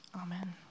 Amen